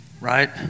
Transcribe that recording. right